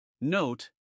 Note